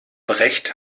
brecht